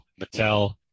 Mattel